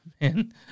man